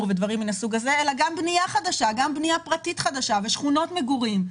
ודברים מן הסוג הזה אלא גם בנייה פרטית חדשה ושכונות מגורים.